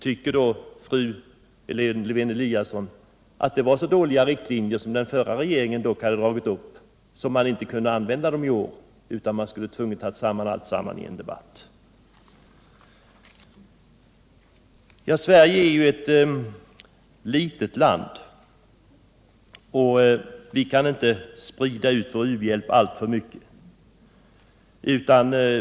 Tycker fru Lewén-Eliasson att den förra regeringen hade dragit upp så dåliga riktlinjer att det inte gick att arbeta efter dem i år? Sverige är ju ett litet land, och vi kan inte sprida vår u-hjälp alltför mycket.